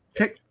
Okay